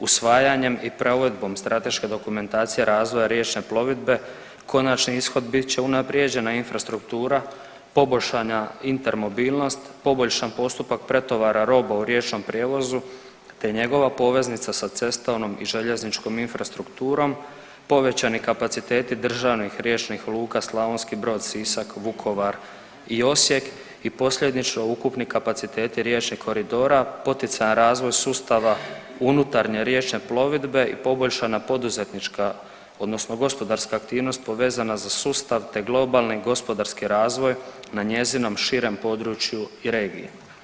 Usvajanjem i provedbom strateške dokumentacije razvoja riječne plovidbe konačni ishod bit će unaprijeđena infrastruktura, poboljšana intermobilnost, poboljšan postupak pretovara roba u riječnom prijevozu, te njegova poveznica sa cestovnom i željezničkom infrastrukturom, povećani kapaciteti državnih, riječnih luka Slavonski Brod – Sisak – Vukovar i Osijek i posljedično ukupni kapaciteti riječnih koridora, poticaja razvoj sustava unutarnje riječne plovidbe i poboljšana poduzetnička odnosno gospodarska aktivnost povezana za sustav te globalni gospodarski razvoj na njezinom širem području i regiji.